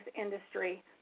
industry